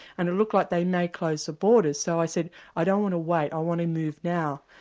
and it looked like they may close the borders. so i said i don't want to wait, i want to move now.